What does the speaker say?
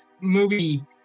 movie